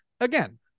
Again